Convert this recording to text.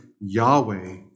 Yahweh